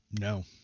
No